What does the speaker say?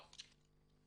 לא.